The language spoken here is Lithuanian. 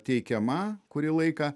teikiama kurį laiką